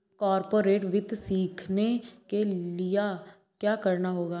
corporate वित्त सीखने के लिया क्या करना होगा